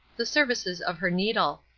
the services of her needle.